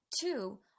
two